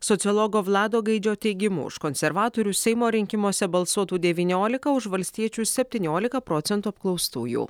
sociologo vlado gaidžio teigimu už konservatorius seimo rinkimuose balsuotų devyniolika už valstiečius septyniolika procentų apklaustųjų